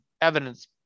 evidence